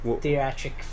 theatric